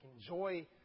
enjoy